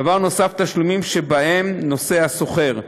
דבר נוסף, תשלומים שבהם נושא השוכר,